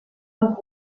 und